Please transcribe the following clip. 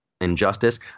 Injustice